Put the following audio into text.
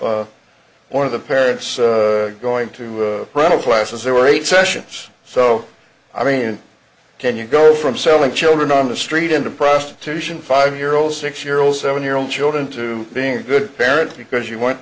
about one of the parents going to run a classes there were eight sessions so i mean can you go from selling children on the street into prostitution five year olds six year olds seven year old children to being a good parent because you want